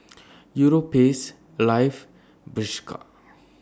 Europace Alive Bershka